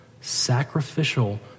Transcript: sacrificial